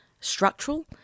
structural